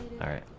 are